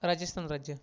राजस्थान राज्य